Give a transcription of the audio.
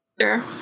Sure